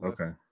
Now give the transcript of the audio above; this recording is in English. Okay